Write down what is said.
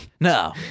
No